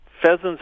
pheasants